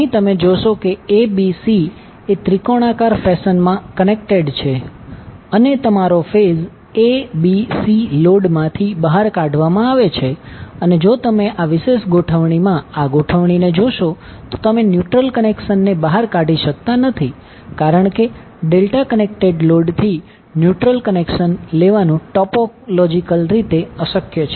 અહીં તમે જોશો કે abcએ ત્રિકોણાકાર ફેશન માં કનેક્ટેડ છે અને તમારો ફેઝ ABC લોડમાંથી બહાર કાઢવામાં આવે છે અને જો તમે આ વિશેષ ગોઠવણીમાં આ ગોઠવણી જોશો તો તમે ન્યુટ્રલ કનેક્શનને બહાર કાઢી શકતા નથી કારણ કે ડેલ્ટા કનેક્ટેડ લોડ થી ન્યુટ્રલ કનેક્શન લેવાનું ટોપોલોજીકલ રીતે અશક્ય છે